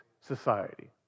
society